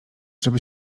żeby